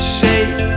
shake